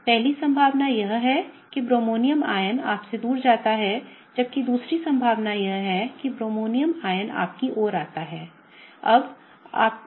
पहली संभावना यह है कि ब्रोमोनियम आयन आपसे दूर हो जाता है जबकि दूसरी संभावना यह है कि ब्रोमोनियम आयन आपकी ओर बनता है